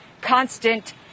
constant